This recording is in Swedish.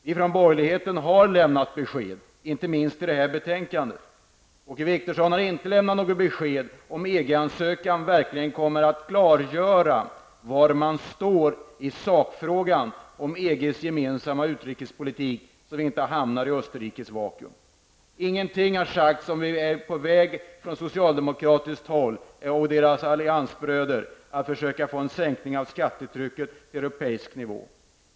Vi från borgerligheten har lämnat besked, inte minst i det betänkande som vi nu behandlar. Åke Wictorsson har inte lämnat något besked i frågan, om EG ansökan verkligen kommer att klargöra var man står i sakfrågan om EGs gemensamma utrikespolitik, så att vi inte hamnar i samma vakuum som Österrike. Ingenting har av socialdemokraterna och deras alliansbröder sagts om huruvida vi skall försöka få till stånd en sänkning av skattetrycket till europeisk nivå.